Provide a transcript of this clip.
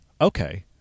Okay